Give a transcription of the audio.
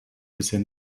bisher